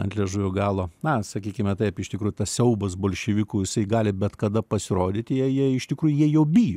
ant liežuvio galo na sakykime taip iš tikrųjų tas siaubas bolševikų jisai gali bet kada pasirodyti jie jie iš tikrųjų jie jo bijo